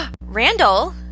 Randall